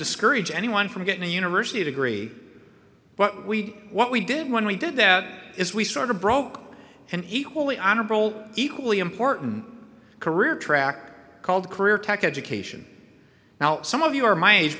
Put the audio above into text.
discourage anyone from getting a university degree but we what we did when we did that is we sort of broke an equally honorable equally important career track called career tech education now some of you are my age